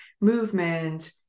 movement